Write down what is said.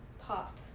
pop